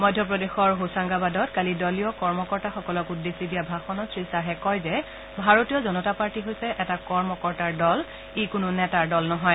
মধ্যপ্ৰদেশৰ হোছাংগাবাদত কালি দলীয় কৰ্মকৰ্তাসকলক উদ্দেশ্যি দিয়া ভাষণত শ্ৰী খাহে কয় যে ভাৰতীয় জনতা পাৰ্টি হৈছে এটা কৰ্মকৰ্তাৰ দল ই কোনো নেতাৰ দল নহয়